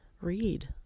read